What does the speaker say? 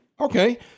Okay